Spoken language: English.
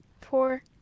Four